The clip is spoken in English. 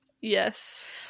Yes